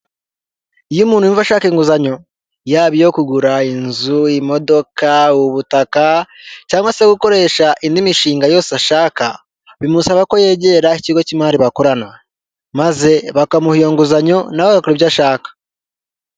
Iyo umuntu yumva ashaka inguzanyo; yaba iyo kugura inzu, ubutaka cyangwa se gukoresha indi mishinga yose ushaka, bimusaba ko yegera ikigo cy'imari bakorana, maze bakamuha iyo nguzanyo, nawe agakora ibyo ashaka.